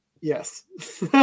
Yes